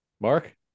Mark